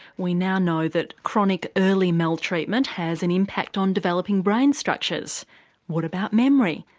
we now know that chronic early maltreatment has an impact on developing brain structures what about memory,